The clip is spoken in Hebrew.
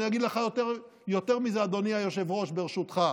אני אגיד לך יותר מזה, אדוני היושב-ראש, ברשותך: